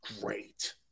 great